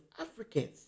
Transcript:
Africans